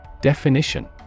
Definition